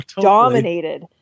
dominated